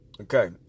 okay